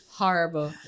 horrible